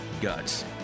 Guts